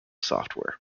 software